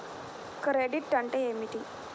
Credit అంటే ఏమిటి?